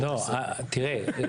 יהיה בעיקר מגופים